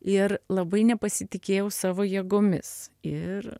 ir labai nepasitikėjau savo jėgomis ir